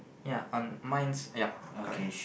ya on mine's ya correct